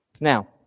Now